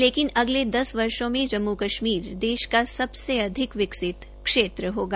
लेकिन अगले दस वर्षो में जम्मू कश्मीर देश का सबसे अधिक विकसित क्षेत्र होगा